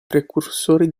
precursori